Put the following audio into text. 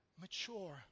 mature